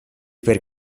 per